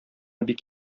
бик